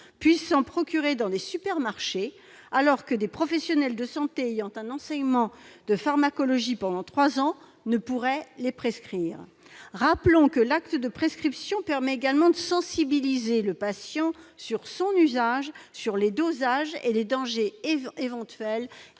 puissent s'en procurer dans des supermarchés, alors que des professionnels de santé qui ont suivi un enseignement de la pharmacologie pendant trois ans ne pourraient pas les prescrire ! Rappelons que l'acte de prescription permet également de sensibiliser le patient sur son usage, sur les dosages et les dangers éventuels